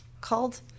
called